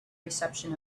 reception